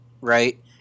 right